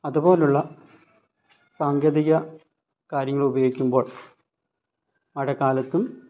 അതുപോലുള്ള സാങ്കേതിക കാര്യങ്ങളുപയോഗിക്കുമ്പോൾ മഴക്കാലത്തും